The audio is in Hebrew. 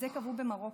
את זה קבעו במרוקו.